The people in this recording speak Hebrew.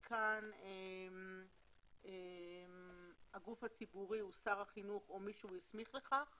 כאן הגוף הציבורי הוא שר החינוך או מי שהוא הסמיך לכך